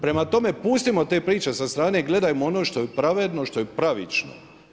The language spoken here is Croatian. Prema tome, pustimo te priče sa strane, gledajmo ono što je pravedno, što je pravično.